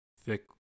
thick